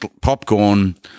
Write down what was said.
popcorn